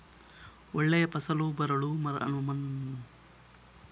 ಒಳ್ಳೆ ಫಸಲು ಬರಲು ಮಣ್ಣನ್ನು ಯಾವ ತರ ರೆಡಿ ಮಾಡ್ತಾರೆ?